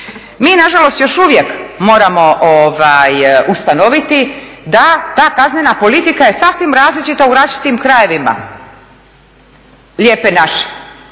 Mi nažalost još uvijek moramo ustanoviti da ta kaznena politika je sasvim različita u različitim krajevima lijepe naše.